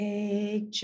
Take